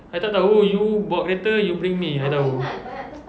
I tak tahu you bawa kereta you bring me I tahu